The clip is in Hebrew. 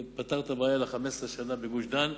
זה פתר את הבעיה ל-15 שנה בגוש-דן.